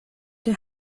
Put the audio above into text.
der